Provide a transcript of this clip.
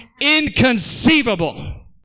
inconceivable